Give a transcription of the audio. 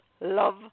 love